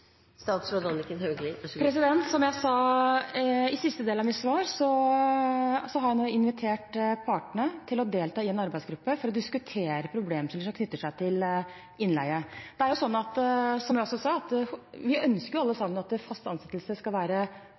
Som jeg sa i siste del av svaret mitt, har jeg invitert partene til å delta i en arbeidsgruppe for å diskutere problemstillinger som er knyttet til innleie. Som jeg også sa, ønsker vi jo alle sammen at fast ansettelse skal være